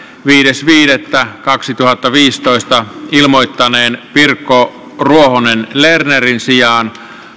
viides viidettä kaksituhattaviisitoista ilmoittaneen pirkko ruohonen lernerin sijaan